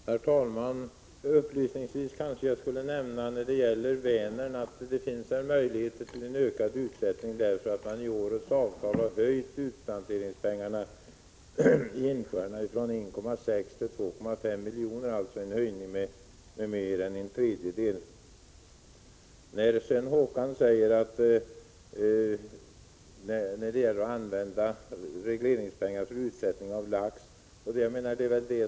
Herr talman! Upplysningsvis kan jag nämna att det finns möjligheter till ökad utsättning i Vänern, eftersom man i årets avtal ökade utplanteringspengarna till insjöarna från 1,6 till 2,5 milj.kr., dvs. en ökning med mer än en Håkan Strömberg talar om användande av regleringspengar för utsättning Prot. 1985/86:140 av lax, och där ligger det stora felet.